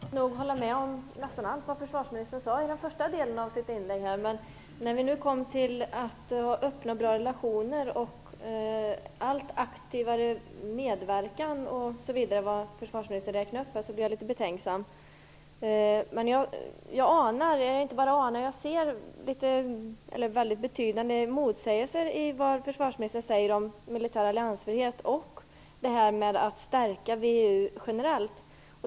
Fru talman! Konstigt nog kan jag hålla med om nästan allt vad försvarsministern sade i den första delen av sitt föregående inlägg. Men när vi kommer till det här med att ha öppna och bra relationer, en allt aktivare medverkan och allt vad det nu var som försvarsministern här räknade upp blir jag lite betänksam. Jag ser väldigt betydande motsägelser i vad försvarsministern säger om militär alliansfrihet och detta med att stärka VEU generellt.